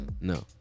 no